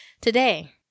today